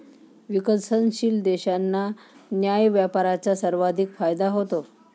विकसनशील देशांना न्याय्य व्यापाराचा सर्वाधिक फायदा होतो